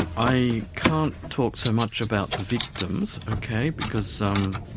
i can't talk so much about the victims, okay? because, um